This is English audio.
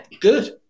good